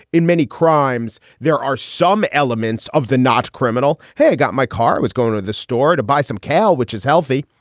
in many crimes. crimes. there are some elements of the not criminal. hey, i got my car. i was going to the store to buy some kale, which is healthy.